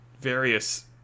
various